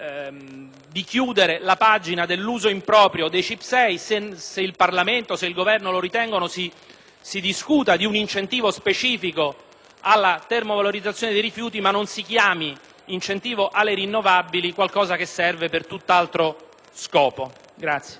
di chiudere la pagina dell'uso improprio dei CIP6. Se il Parlamento ed il Governo lo ritengono, si discuta di un incentivo specifico alla termovalorizzazione dei rifiuti, ma non si chiami incentivo alle rinnovabili qualcosa che serve per tutt'altro scopo.